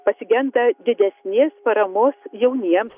pasigenda didesnės paramos jauniems